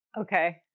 Okay